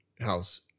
house